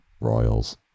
Royals